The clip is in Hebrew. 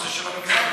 לנושא של המגזר.